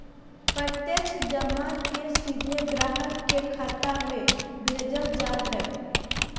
प्रत्यक्ष जमा के सीधे ग्राहक के खाता में भेजल जा हइ